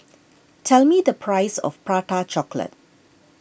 tell me the price of Prata Chocolate